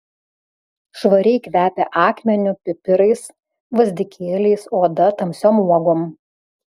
švariai kvepia akmeniu pipirais gvazdikėliais oda tamsiom uogom